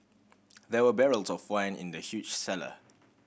there were barrels of wine in the huge cellar